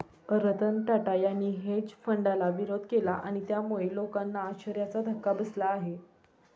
रतन टाटा यांनी हेज फंडाला विरोध केला आणि त्यामुळे लोकांना आश्चर्याचा धक्का बसला आहे